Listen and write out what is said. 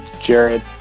Jared